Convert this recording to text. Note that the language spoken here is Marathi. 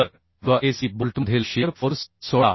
तर V SB बोल्टमधील शिअर फोर्स 16